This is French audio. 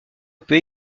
peut